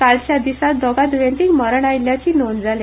कालच्या दिसा दोगा द्येंतीक मरण आयिल्ल्याची नोंद जाल्या